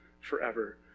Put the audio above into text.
forever